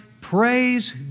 praise